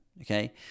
Okay